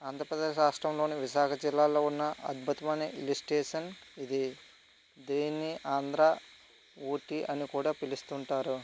ఆంధ్రప్రదేశ్ రాష్ట్రంలో విశాఖ జిల్లాలో ఉన్న అద్భుతమైన హిల్ స్టేషన్ ఇది దీన్ని ఆంధ్ర ఊటీ అని కూడా పిలుస్తుంటారు